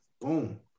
boom